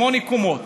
שמונה קומות,